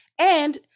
And-